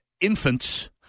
infants